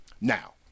Now